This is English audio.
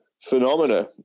phenomena